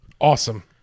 Awesome